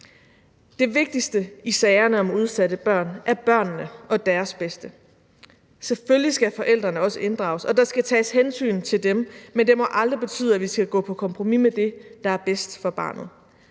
Det vigtigste i sagerne om udsatte børn er børnene og deres bedste. Kl. 19:05 Selvfølgelig skal forældrene også inddrages, og der skal tages hensyn til dem, men det må aldrig betyde, at vi skal gå på kompromis med det, der er bedst for barnet.